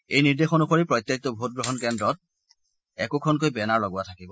এই নিৰ্দেশ অনুসৰি প্ৰত্যেকটো ভোটগ্ৰহণ কেন্দ্ৰত একোখনকৈ বেনাৰ লগোৱা থাকিব